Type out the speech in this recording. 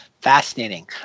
Fascinating